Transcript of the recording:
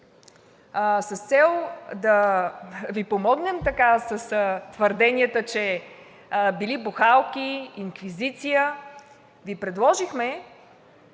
с цел да Ви помогнем по твърденията, че били бухалки, инквизиция, Ви предложихме